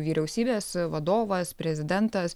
vyriausybės vadovas prezidentas